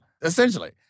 essentially